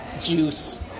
juice